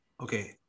Okay